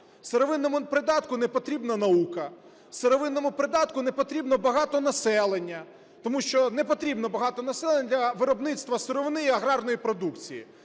Сировинному придатку непотрібна наука, сировинному придатку непотрібно багато населення тому, що непотрібно багато населення для виробництва сировини і аграрної продукції,